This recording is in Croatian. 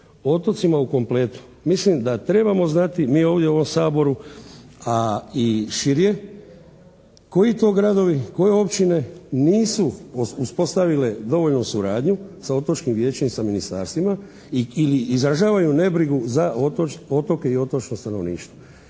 otocima u kompletu. Mislim da trebamo znati, mi ovdje u ovom Saboru, a i šire, koji to gradovi, koje općine nisu uspostavile dovoljnu suradnju sa Otočkim vijećem i ministarstvima i/ili izražavaju nebrigu za otoke i otočno stanovništvo.